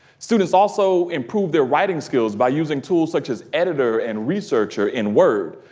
students also improved their writing skills by using tools such as editor and researcher in word.